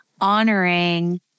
honoring